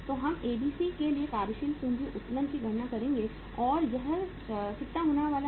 तो हम एबीसी के लिए कार्यशील पूंजी उत्तोलन की गणना करेंगे और यह कितना होने वाला है